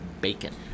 BACON